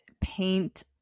paint